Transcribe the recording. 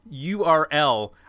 URL